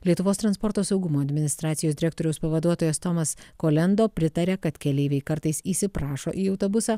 lietuvos transporto saugumo administracijos direktoriaus pavaduotojas tomas kolendo pritaria kad keleiviai kartais įsiprašo į autobusą